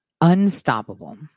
Unstoppable